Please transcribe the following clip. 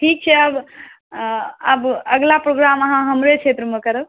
ठीक छै आब आब अगिला प्रोग्राम अहाँ हमरे क्षेत्रमे करब